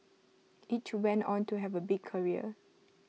each went on to have A big career